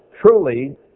truly